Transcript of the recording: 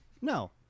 No